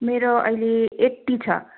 मेरो अहिले एट्टी छ